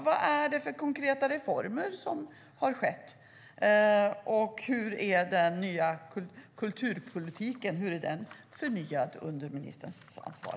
Vad är det för konkreta reformer som har skett, och hur är den nya kulturpolitiken förnyad under ministerns ansvar?